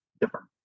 different